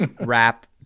rap